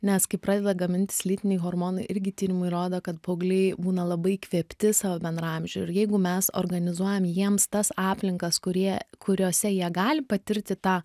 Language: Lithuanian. nes kai pradeda gamintis lytiniai hormonai irgi tyrimai rodo kad paaugliai būna labai įkvėpti savo bendraamžių ir jeigu mes organizuojam jiems tas aplinkas kurie kuriose jie gali patirti tą